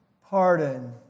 pardon